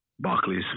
Barclays